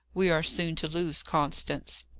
we are soon to lose constance.